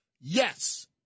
Yes